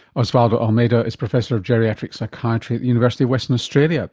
osvaldo almeida is professor of geriatric psychiatry at the university of western australia